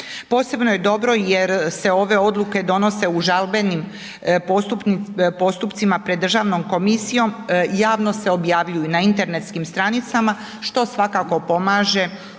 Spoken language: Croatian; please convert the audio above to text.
Posebno je dobro jer se ove odluke donose u žalbenim postupcima pred Državnom komisijom, javno se objavljuju na internetskim stranicama, što svakako pomaže